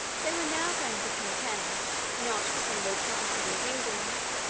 they were now going to contend, not for single provinces and kingdoms,